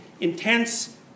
intense